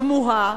תמוהה,